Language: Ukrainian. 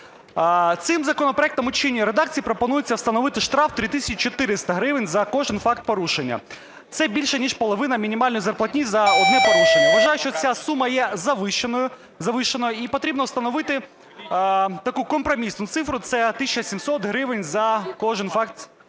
Цим законопроектом у чинній редакції пропонується встановити штраф – 3 тисячі 400 гривень за кожен факт порушення. Це більше ніж половина мінімальної зарплатні за одне порушення. Вважаю, що ця сума є завищеною і потрібно встановити таку компромісну цифру – це 1 тисяча 700 гривень за кожен факт порушення.